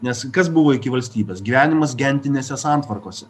nes kas buvo iki valstybės gyvenimas gentinėse santvarkose